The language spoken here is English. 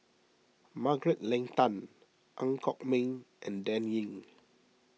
Margaret Leng Tan Ang Kok Peng and Dan Ying